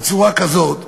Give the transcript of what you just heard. בצורה כזאת,